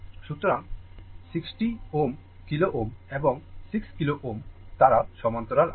সুতরাং 60 Ω kilo Ω এবং 6 kilo Ω তারা সমান্তরালে আছে